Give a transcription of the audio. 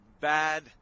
bad